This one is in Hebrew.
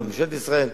או ממשלת ישראל,